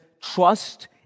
Trust